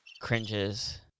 cringes